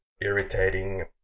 irritating